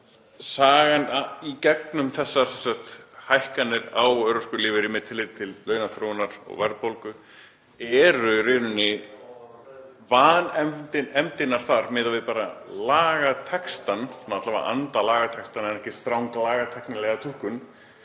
Sagan í gegnum þessar hækkanir á örorkulífeyri með tilliti til launaþróunar og verðbólgu er í rauninni vanefndirnar þar miðað við bara lagatextann, alla vega miðað við anda lagatextans en ekki stranga lagatæknilega túlkun.